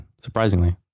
surprisingly